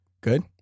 Good